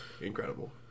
Incredible